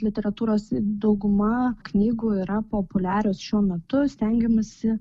literatūros dauguma knygų yra populiarios šiuo metu stengiamasi